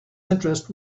interest